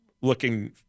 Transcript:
looking